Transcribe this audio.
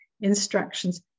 instructions